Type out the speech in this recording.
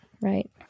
Right